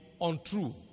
untrue